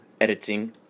editing